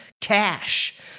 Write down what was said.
cash